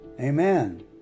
Amen